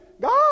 God